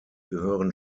gehören